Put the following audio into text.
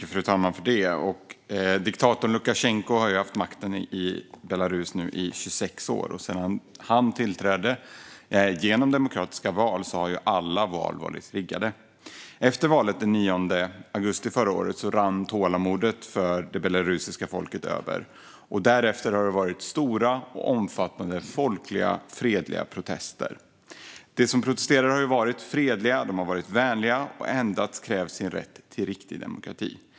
Fru talman! Diktatorn Lukasjenko har nu haft makten i Belarus i 26 år. Sedan han tillträdde genom demokratiska val har alla val varit riggade. Efter valet den 9 augusti förra året rann tålamodet över för det belarusiska folket. Därefter har det varit stora och omfattande folkliga, fredliga protester. De som har protesterat har varit fredliga och vänliga och endast krävt sin rätt till riktig demokrati.